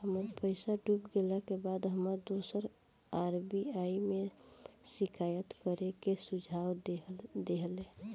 हमर पईसा डूब गेला के बाद हमर दोस्त आर.बी.आई में शिकायत करे के सुझाव देहले